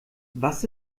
was